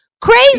crazy